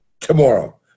tomorrow